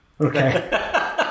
Okay